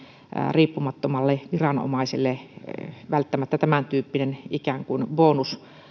riippumattomalle viranomaiselle varmaankaan välttämättä tämäntyyppinen ikään kuin bonuspalkkaus